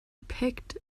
picked